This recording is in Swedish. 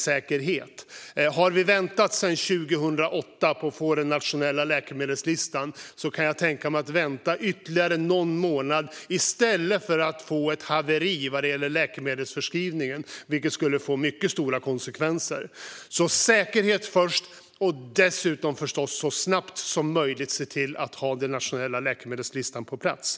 Om vi har väntat sedan 2008 på att få den nationella läkemedelslistan kan jag tänka mig att vänta ytterligare någon månad i stället för att få ett haveri vad gäller läkemedelsförskrivningen. Det skulle få mycket stora konsekvenser. Säkerheten kommer först, och sedan gäller det förstås att så snabbt som möjligt se till att få den nationella läkemedelslistan på plats.